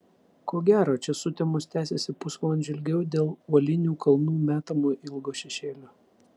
ko gero čia sutemos tęsiasi pusvalandžiu ilgiau dėl uolinių kalnų metamo ilgo šešėlio